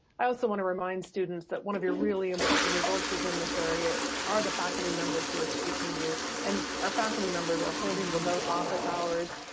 i also wanna remind students that one of your really important resources in this area are the faculty members who are teaching you and our faculty members are holding remote office hours.